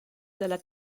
dalla